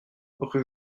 rue